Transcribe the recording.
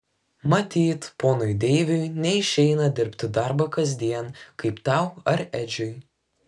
matyt ponui deiviui neišeina dirbti darbą kasdien kaip tau ar edžiui